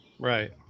Right